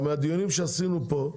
מהדיונים שעשינו פה,